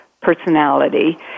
personality